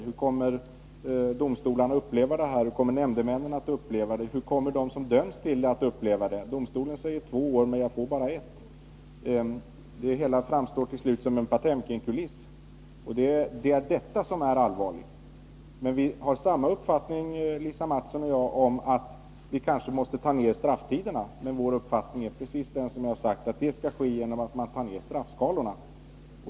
Hur kommer domstolarna att uppleva det, hur kommer nämndemännen att uppleva det och hur kommer de som döms att uppleva det? Domstolen säger två år, men jag får bara ett. Det hela framstår till slut som en potemkinkuliss, och det är detta som är allvarligt. Lisa Mattson och jag har samma uppfattning: att vi måste förkorta strafftiderna. Men vår uppfattning är precis den som jag har sagt, att det skall ske genom att man tar ner straffskalorna.